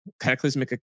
cataclysmic